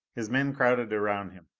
his men crowded around him.